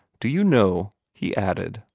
do you know, he added,